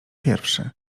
pierwszy